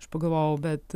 aš pagalvojau bet